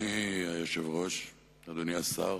אדוני היושב-ראש, אדוני השר